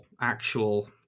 actual